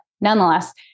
Nonetheless